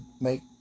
make